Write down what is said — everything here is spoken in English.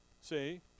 See